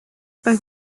bei